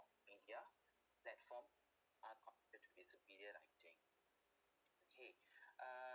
media that form are considered to be superior writing okay uh